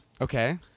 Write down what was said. Okay